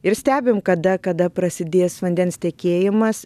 ir stebim kada kada prasidės vandens tekėjimas